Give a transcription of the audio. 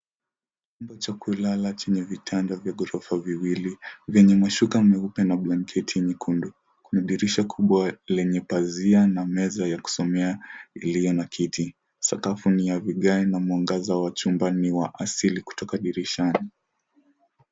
Chumba cha kulala chenye vitanda vya gorofa viwili vyenye mashuka meupe na blanketi nyekundu. Kuna dirisha kubwa lenye pazia na meza ya kusomea iliyo na kiti. Sakafu ni ya vigae na mwangaza wa chumba ni wa asili kutoka dirishani.